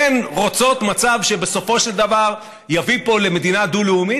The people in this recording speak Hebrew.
הן רוצות מצב שבסופו של דבר יביא פה למדינה דו-לאומית,